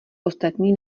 ostatní